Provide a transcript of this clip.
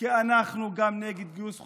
כי אנחנו גם נגד גיוס חובה,